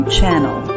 Channel